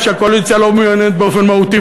שהקואליציה לא מעוניינת באופן מהותי,